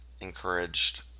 encouraged